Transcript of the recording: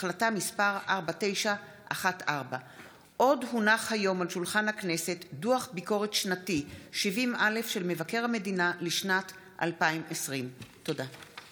החלטה מס' 4914. דוח ביקורת שנתי 70א של מבקר המדינה לשנת 2020. תודה.